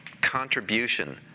contribution